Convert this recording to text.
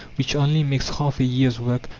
which only makes half a year's work,